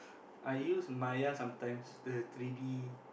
I use Maya sometimes the three-d